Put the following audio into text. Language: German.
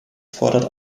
fordert